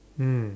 mm